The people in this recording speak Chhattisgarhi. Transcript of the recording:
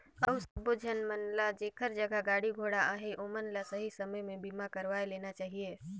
अउ सबो झन मन ल जेखर जघा गाड़ी घोड़ा अहे ओमन ल सही समे में बीमा करवाये लेना चाहिए